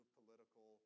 political